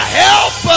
help